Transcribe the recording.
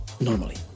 normally